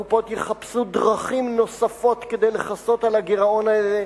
הקופות יחפשו דרכים נוספות כדי לכסות על הגירעון הזה,